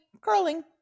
curling